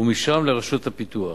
ומשם לרשות הפיתוח,